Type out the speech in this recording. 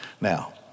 Now